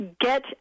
get